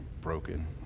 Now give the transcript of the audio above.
broken